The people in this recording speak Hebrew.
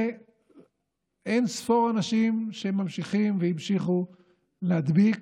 זה אין-ספור אנשים שממשיכים וימשיכו להדביק,